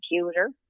computer